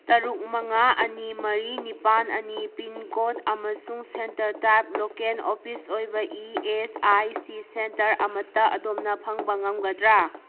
ꯇꯔꯨꯛ ꯃꯉꯥ ꯑꯅꯤ ꯃꯔꯤ ꯅꯤꯄꯥꯜ ꯑꯅꯤ ꯄꯤꯟꯀꯣꯗ ꯑꯃꯁꯨꯡ ꯁꯦꯟꯇꯔ ꯇꯥꯏꯞ ꯂꯣꯀꯦꯟ ꯑꯣꯐꯤꯁ ꯑꯣꯏꯕ E S I C centre ꯑꯃꯠꯇ ꯑꯗꯣꯝꯅ ꯐꯪꯕ ꯉꯝꯒꯗ꯭ꯔꯥ